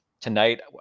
tonight